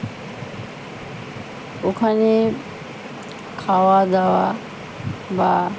ওখানে খাওয়া দাওয়া বা